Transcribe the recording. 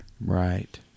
Right